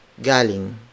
galing